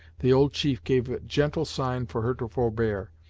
the old chief gave a gentle sign for her to forbear,